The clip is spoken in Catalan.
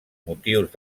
motius